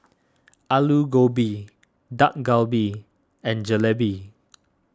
Alu Gobi Dak Galbi and Jalebi